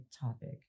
topic